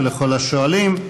ולכל השואלים.